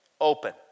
Open